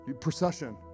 Procession